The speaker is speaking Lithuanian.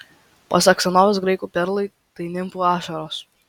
pasak senovės graikų perlai tai nimfų ašaros